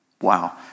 Wow